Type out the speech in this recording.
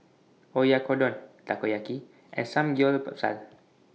Oyakodon Takoyaki and Samgyeopsal